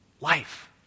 Life